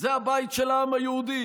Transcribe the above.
זה הבית של העם היהודי.